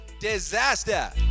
Disaster